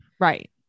Right